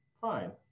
fine